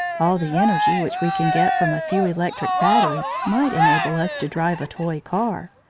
all the energy which we can get from a few electric batteries might enable us to drive a toy car,